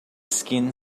skin